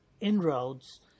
inroads